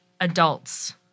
adults